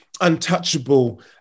untouchable